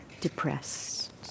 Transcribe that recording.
depressed